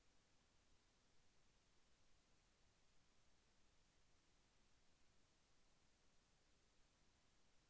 LNR three four four four nine అధిక దిగుబడి ఎందుకు వస్తుంది?